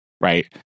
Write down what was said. Right